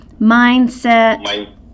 mindset